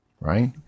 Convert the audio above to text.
right